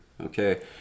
Okay